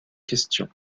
question